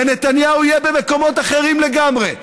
ונתניהו יהיה במקומות אחרים לגמרי,